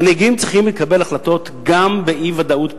מנהיגים צריכים לקבל החלטות גם באי-ודאות פוליטית.